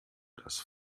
das